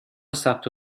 ثبت